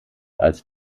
als